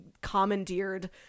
commandeered